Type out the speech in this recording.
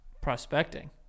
Prospecting